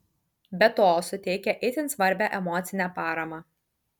be to suteikia itin svarbią emocinę paramą